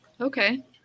Okay